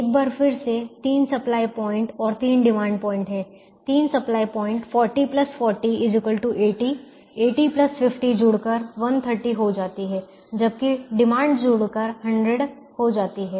एक बार फिर से 3 सप्लाई प्वाइंट और 3 डिमांड पॉइंट हैं 3 सप्लाई 40 40 80 80 50 जुड़कर 130 हो जाती हैं जबकि 3 डिमांड जुड़कर 100 हो जाती हैं